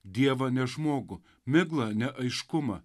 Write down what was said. dievą ne žmogų miglą ne aiškumą